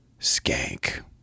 skank